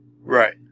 Right